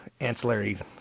ancillary